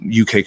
UK